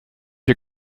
you